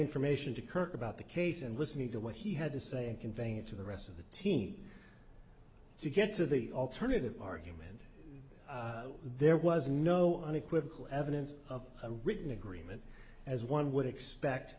information to kirk about the case and listening to what he had to say and conveying it to the rest of the team to get to the alternative argument there was no unequivocal evidence of a written agreement as one would expect